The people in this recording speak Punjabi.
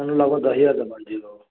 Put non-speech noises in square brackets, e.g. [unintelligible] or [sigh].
[unintelligible]